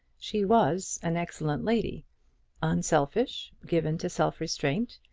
she was an excellent lady unselfish, given to self-restraint,